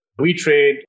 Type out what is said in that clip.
WeTrade